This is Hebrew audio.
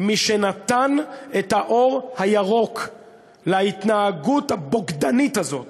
מי שנתן את האור הירוק להתנהגות הבוגדנית הזאת